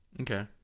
Okay